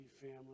family